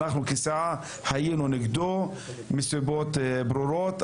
אנחנו כסיעה התנגדנו לו, מסיבות ברורות,